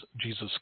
Jesus